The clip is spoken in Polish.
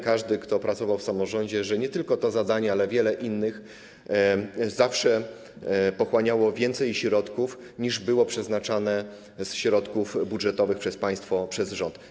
Każdy, kto pracował w samorządzie, wie, że zadania, nie tylko te zadania, ale wiele innych, zawsze pochłaniały więcej środków niż było przeznaczane ze środków budżetowych przez państwo, przez rząd.